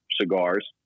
cigars